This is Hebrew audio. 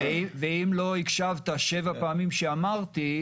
אם לא הקשבת שבע פעמים שאמרתי,